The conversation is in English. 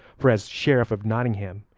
for, as sheriff of nottingham,